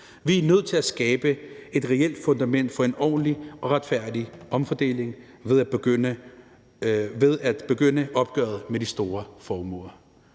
Vi er nødt til at skabe et reelt fundament for en ordentlig og retfærdig omfordeling ved at begynde opgøret med de store formuer.